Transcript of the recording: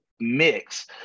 mix